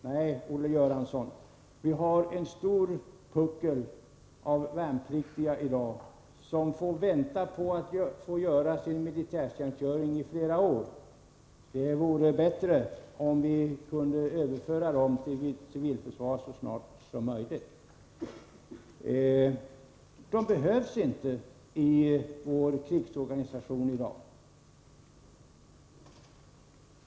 Nej, Olle Göransson, vi har i dag en stor puckel av värnpliktiga, som får vänta i flera år på att göra sin militärtjänstgöring. Det vore bättre om vi kunde överföra dem till civilförsvaret så snart som möjligt. De behövs inte i vår krigsorganisation i dag.